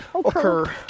occur